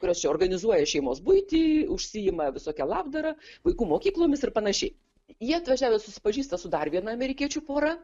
kurios čia organizuoja šeimos buitį užsiima visokia labdara vaikų mokyklomis ir panašiai jie atvažiavę susipažįsta su dar viena amerikiečių pora